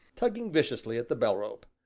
tugging viciously at the bell-rope,